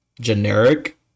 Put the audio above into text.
generic